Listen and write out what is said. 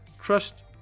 trust